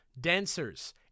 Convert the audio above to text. dancers